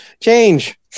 Change